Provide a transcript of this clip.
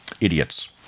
Idiots